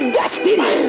destiny